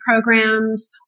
programs